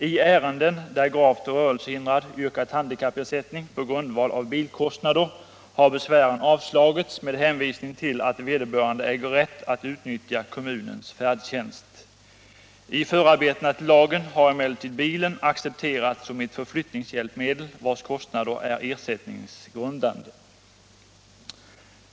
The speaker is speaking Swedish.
I ärenden där gravt rörelsehindrade yrkat handikappersättning på grundval av bilkostnader har besvären avslagits med hänvisning till att vederbörande äger rätt att utnyttja kommunens färdtjänst. I förarbetena till lagen har handikappersätt handikappersättning emellertid bilen accepterats som ett förflyttningshjälpmedel, och kostnaderna därför ansågs som ersättningsgrundande.